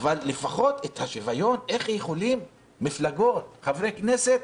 אבל לפחות את השוויון, איך יכולים חברי כנסת,